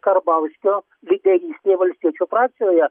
karbauskio lyderystei valstiečių frakcijoje